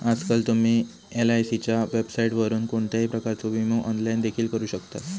आजकाल तुम्ही एलआयसीच्या वेबसाइटवरून कोणत्याही प्रकारचो विमो ऑनलाइन देखील करू शकतास